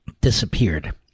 disappeared